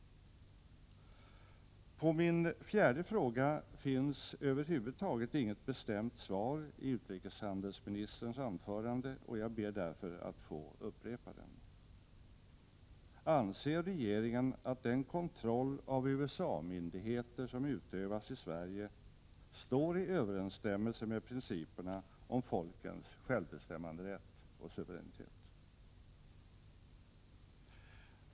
På min fjärde fråga finns över huvud taget inget bestämt svar i utrikeshandelsministerns anförande, och jag ber därför att få upprepa den: Anser regeringen att USA-myndigheternas kontroll i Sverige står i överensstämmelse med principerna om folkens självbestämmanderätt och suveränitet?